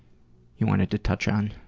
you wanted to touch on?